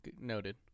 noted